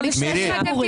על מקצה שיפורים.